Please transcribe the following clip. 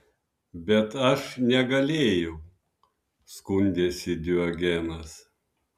bet aš negalėjau skundėsi diogenas